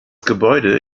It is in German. gebäude